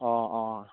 অঁ অঁ